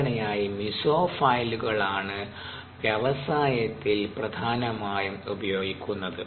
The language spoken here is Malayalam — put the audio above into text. സാധാരണയായി മീസോഫൈലുകൾ ആണ് വ്യവസായത്തിൽ പ്രധാനമായും ഉപയോഗിക്കുന്നത്